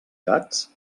gats